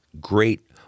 great